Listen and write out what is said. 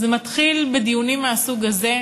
זה מתחיל בדיונים מהסוג הזה,